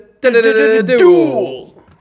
duel